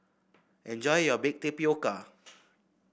enjoy your Baked Tapioca